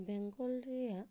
ᱵᱮᱝᱜᱚᱞ ᱨᱮᱭᱟᱜ